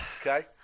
Okay